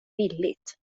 billigt